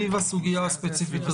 סביב הסוגיה הספציפית הזאת.